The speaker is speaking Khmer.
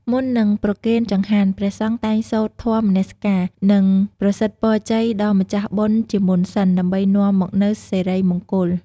មុននឹងប្រគេនចង្ហាន់ ព្រះសង្ឃតែងសូត្រធម៌នមស្ការ និងប្រសិទ្ធពរជ័យដល់ម្ចាស់បុណ្យជាមុនសិន ដើម្បីនាំមកនូវសិរីមង្គល។